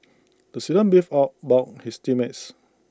the student beefed about his team mates